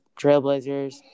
Trailblazers